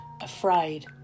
afraid